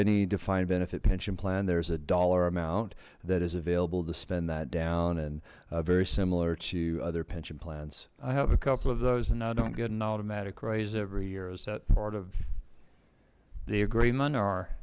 any defined benefit pension plan there's a dollar amount that is available to spend that down and very similar to other pension plans i have a couple of those and now don't get an automatic raise every year is that part of the agreement